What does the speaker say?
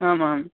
आमाम्